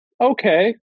Okay